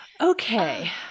okay